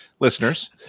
listeners